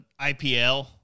ipl